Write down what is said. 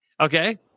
Okay